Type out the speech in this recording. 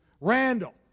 Randall